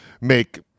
make